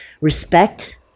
respect